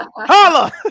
Holla